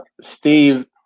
Steve